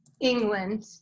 England